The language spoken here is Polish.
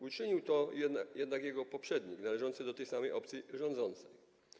Uczynił to jednak jego poprzednik należący do tej samej opcji rządzącej.